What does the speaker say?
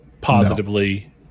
positively